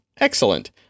Excellent